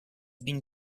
been